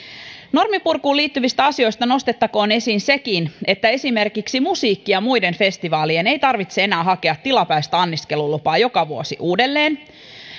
norminpurkuun liittyvistä asioista nostettakoon esiin sekin että esimerkiksi musiikki ja muiden festivaalien ei tarvitse enää hakea tilapäistä anniskelulupaa joka vuosi uudelleen